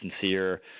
sincere